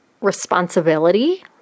responsibility